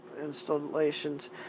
installations